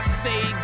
say